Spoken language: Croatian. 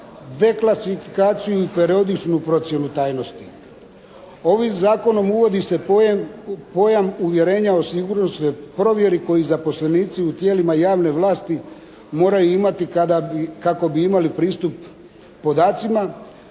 deklasifikaciju i periodičnu procjenu tajnosti. Ovim Zakonom uvodi se pojam uvjerenja o sigurnosnoj provjeri koji zaposlenici u tijelima javne vlasti moraju imati kako bi imali pristup podacima,